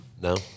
No